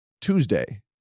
Tuesday